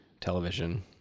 television